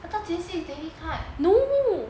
I thought jie qi is daily cuts